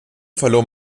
verlor